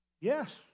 Yes